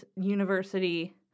University